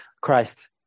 Christ